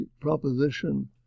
proposition